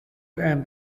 and